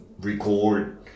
record